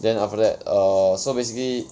then after that err so basically